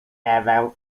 ewę